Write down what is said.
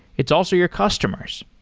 it's also your customers.